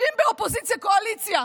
עסוקים באופוזיציה קואליציה.